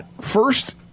First